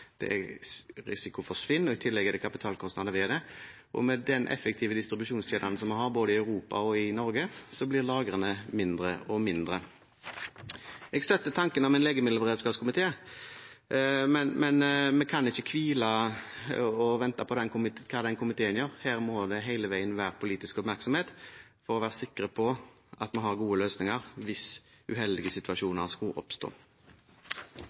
det er risiko for svinn, og i tillegg er det kapitalkostnader ved det. Med de effektive distribusjonskjedene som vi har, både i Europa og i Norge, blir lagrene mindre og mindre. Jeg støtter tanken om en legemiddelberedskapskomité, men vi kan ikke hvile og vente på hva den komiteen gjør. Her må det hele tiden være politisk oppmerksomhet – for å være sikre på at vi har gode løsninger hvis uheldige situasjoner skulle oppstå.